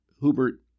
Hubert